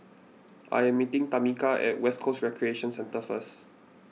I am meeting Tamika at West Coast Recreation Centre first